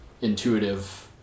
intuitive